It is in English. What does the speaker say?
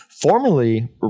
Formerly